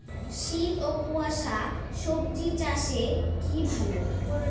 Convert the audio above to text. শীত ও কুয়াশা স্বজি চাষে কি ভালো?